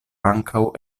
ankaŭ